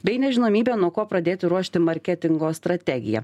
bei nežinomybe nuo ko pradėti ruošti marketingo strategiją